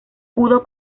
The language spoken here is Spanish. pudo